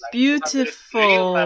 beautiful